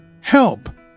help